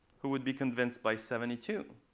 who would be convinced by seventy two?